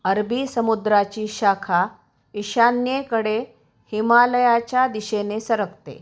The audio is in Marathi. अरबी समुद्राची शाखा ईशान्यकडे हिमालयाच्या दिशेने सरकते